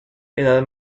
edad